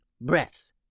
breaths